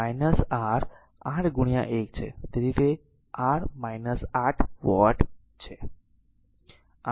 તેથી તે r 8 vote છે